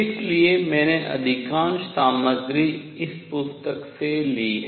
इसलिए मैंने अधिकांश सामग्री इस पुस्तक से ली है